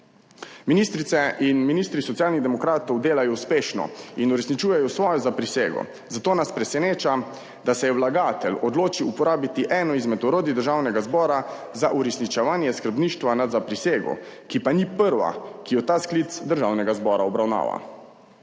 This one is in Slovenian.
Ministrice in ministri Socialnih demokratov delajo uspešno in uresničujejo svojo zaprisego, zato nas preseneča, da se je vlagatelj odločil uporabiti eno izmed orodij Državnega zbora za uresničevanje skrbništva nad zaprisego, ki pa ni prva, ki jo ta sklic Državnega zbora obravnava.